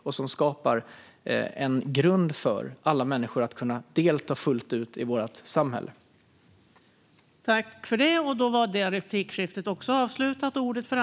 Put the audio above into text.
Det skulle skapa en grund för alla människor att fullt ut kunna delta i samhällslivet.